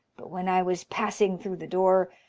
but when i was passing through the door,